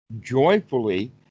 joyfully